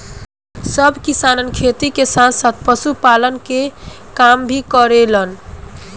सब किसान खेती के साथ साथ पशुपालन के काम भी करेलन